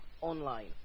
online